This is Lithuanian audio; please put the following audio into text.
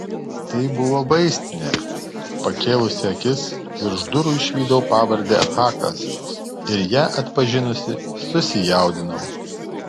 tai buvo vaistinė pakėlusi akis virš durų išvydau pavardę hakas ir ją atpažinusi susijaudinau